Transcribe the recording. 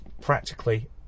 practically